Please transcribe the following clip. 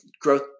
growth